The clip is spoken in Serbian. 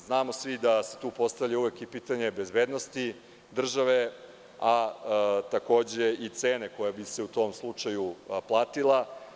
Znamo svi da se tu postavlja uvek i pitanje bezbednosti države, a takođe i cene koja bi se u tom slučaju platila.